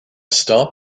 star